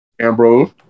Ambrose